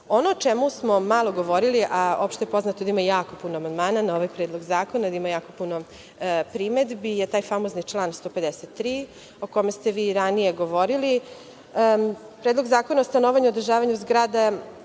itd. Ono o čemu smo malo govorili, a opšte je poznato da ima jako puno amandmana na ovaj predlog zakona, jer ima jako puno primedbi, je taj famozni član 153. o kome ste vi ranije govorili. Predlog zakona o stanovanju i održavanju zgrada